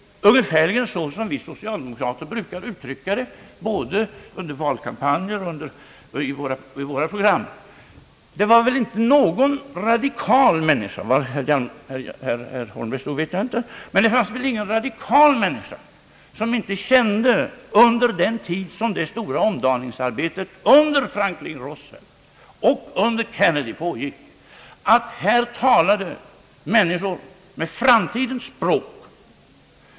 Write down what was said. Ungefärligen så brukar vi socialdemokrater uttrycka det, både under valkampanjer och i våra program. Var herr Holmberg stod vet jag inte, men det fanns väl inte någon radikal människa som inte — under den tid som det stora omdaningsarbetet under Franklin Roosevelt och un der Kennedy pågick — kände att här talade människor med framtidens språk.